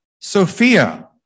Sophia